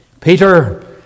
Peter